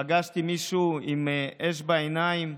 ופגשתי מישהו עם אש בעיניים.